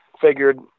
Figured